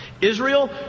Israel